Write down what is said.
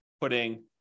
putting